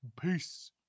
Peace